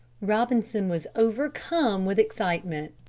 robinson was overcome with excitement.